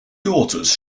daughters